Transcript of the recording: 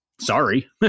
sorry